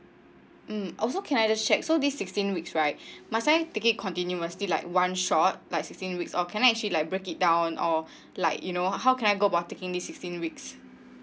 mm also can I just check so this sixteen weeks right must I take it continuously like one shot like sixteen weeks or can I actually like break it down or like you know how can I go about taking this sixteen weeks